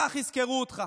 כך יזכרו אותך.